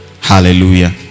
hallelujah